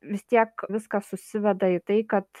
vis tiek viskas susiveda į tai kad